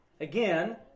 Again